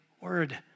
word